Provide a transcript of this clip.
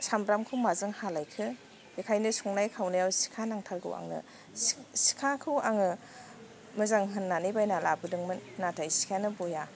सामब्रामखौ माजों हालायखो बेखायनो संनाय खावनायाव सिखा नांथारगौ आंनो सिखाखौ आङो मोजां होननानै बायना लाबोदोंमोन नाथाय सिखायानो बया